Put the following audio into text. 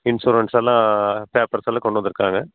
insurance எல்லாம் papers எல்லாம் கொண்டு வந்திருக்காங்க